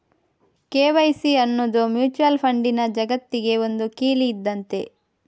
KYC ಅನ್ನುದು mutual ಫಂಡಿನ ಜಗತ್ತಿಗೆ ಒಂದು ಕೀಲಿ ಇದ್ದಂತೆ